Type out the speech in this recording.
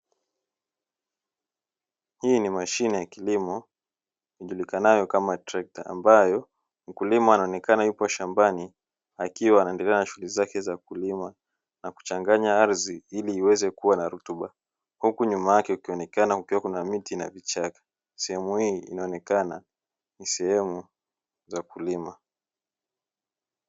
Hii ni mashine ya kilimo ijulikanayo kama trekta, ambayo mkulima anaonekana yupo shambani akiwa anaendelea na shughuli zake za kulima na kuchanganya ardhi ili iweze kuwa na rutuba, huku nyuma yake kukionekana kukiwa na miti na vichaka, sehemu hii inaonekana ni sehemu ya kulima.